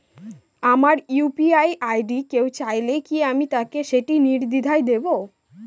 আমার UPI ID কেউ চাইলে কি আমি তাকে সেটি নির্দ্বিধায় দেব?